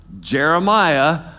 Jeremiah